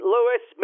Lewis